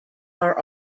are